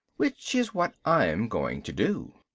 which is what i'm going to do.